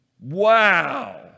Wow